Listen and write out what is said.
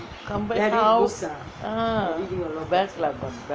come back house ah